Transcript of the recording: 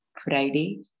Friday